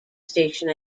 station